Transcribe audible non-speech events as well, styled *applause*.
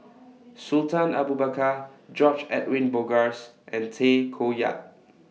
*noise* Sultan Abu Bakar George Edwin Bogaars and Tay Koh Yat